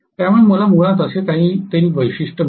त्यामुळे मला मुळात असे काही तरी वैशिष्ट्य मिळणार आहे